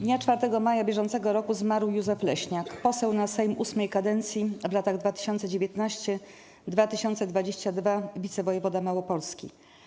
Dnia 4 maja br. zmarł Józef Leśniak - poseł na Sejm VIII kadencji, a w latach 2019-2022 wicewojewoda małopolski.